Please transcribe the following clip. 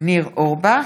ניר אורבך,